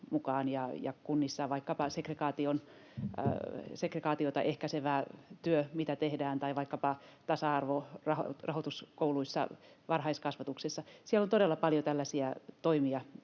ja kunnissa on vaikkapa segregaatiota ehkäisevä työ, mitä tehdään, tai vaikkapa tasa-arvorahoitus kouluissa, varhaiskasvatuksessa. Siellä on todella paljon tällaisia toimia,